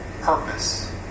purpose